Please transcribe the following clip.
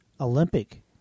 Olympic